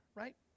right